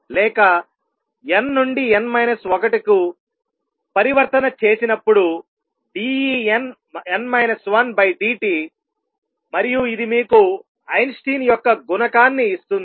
లేక n నుండి n minus 1 కు పరివర్తన చేసినప్పుడు dEn n 1 dt మరియు ఇది మీకు ఐన్స్టీన్ యొక్క గుణకాన్ని ఇస్తుంది